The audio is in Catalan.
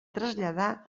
traslladar